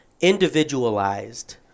individualized